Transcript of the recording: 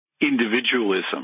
individualism